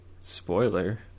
Spoiler